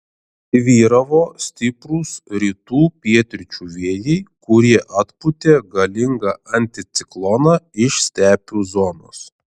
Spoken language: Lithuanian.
vyravo stiprūs rytų pietryčių vėjai kurie atpūtė galingą anticikloną iš stepių zonos